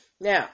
Now